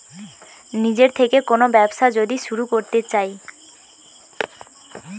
নিজের থেকে কোন ব্যবসা যদি শুরু করতে চাই